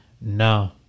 no